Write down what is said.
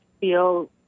feel